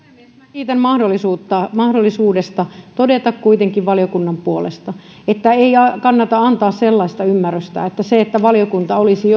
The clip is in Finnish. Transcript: kiitän mahdollisuudesta todeta kuitenkin valiokunnan puolesta että ei kannata antaa sellaista ymmärrystä että valiokunta olisi